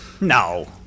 No